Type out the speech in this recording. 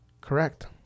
correct